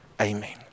Amen